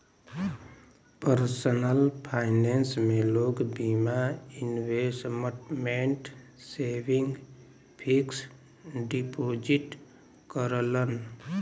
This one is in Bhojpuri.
पर्सलन फाइनेंस में लोग बीमा, इन्वेसमटमेंट, सेविंग, फिक्स डिपोजिट करलन